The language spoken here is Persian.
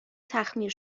تخمیر